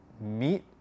meet